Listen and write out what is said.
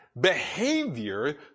behavior